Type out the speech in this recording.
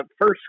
first